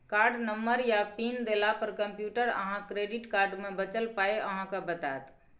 card number आ PIN देला पर कंप्यूटर अहाँक क्रेडिट कार्ड मे बचल पाइ अहाँ केँ बताएत